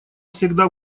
всегда